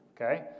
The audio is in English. Okay